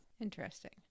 Interesting